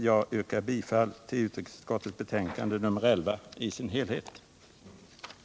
Jag yrkar bifall till utrikesutskottets hemställan i dess helhet i utskottets betänkande nr 11.